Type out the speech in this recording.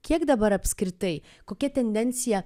kiek dabar apskritai kokia tendencija